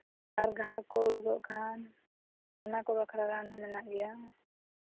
ᱟᱨ ᱡᱟᱦᱟᱸ ᱠᱚ ᱩᱰᱩᱠᱚᱜ ᱠᱷᱟᱱ ᱚᱱᱟ ᱠᱚ ᱵᱟᱠᱷᱨᱟ ᱨᱟᱱ ᱦᱚᱸ ᱢᱮᱱᱟᱜ ᱜᱮᱭᱟ